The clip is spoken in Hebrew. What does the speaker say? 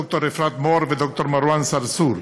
ד"ר אפרת מור וד"ר מרואה סרסור.